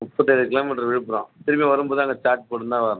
முப்பத்து ஏழு கிலோமீட்டர் விழுப்புரம் திரும்பி வரும்போது அதில் சார்ஜ் போட்டு தான் வரணும்